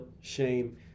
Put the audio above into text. shame